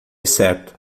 certo